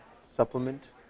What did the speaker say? supplement